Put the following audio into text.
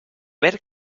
ver